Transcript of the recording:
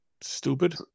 Stupid